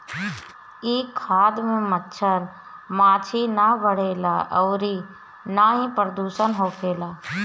इ खाद में मच्छर माछी ना बढ़ेला अउरी ना ही प्रदुषण होखेला